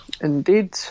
Indeed